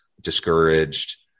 discouraged